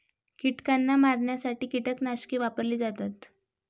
कीटकांना मारण्यासाठी कीटकनाशके वापरली जातात